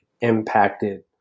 impacted